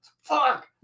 Fuck